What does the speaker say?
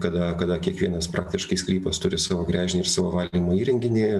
kada kada kiekvienas praktiškai sklypas turi savo gręžinį ir savo valymo įrenginį